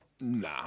Nah